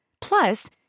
Plus